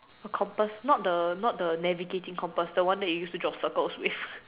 a compass not the not the navigating compass the one that you use to draw circles with